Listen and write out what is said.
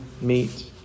meet